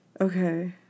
Okay